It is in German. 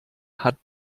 hat